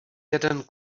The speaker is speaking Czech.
jeden